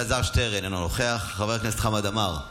בסוף המדינה הזו, הכלכלה שלה עצמאית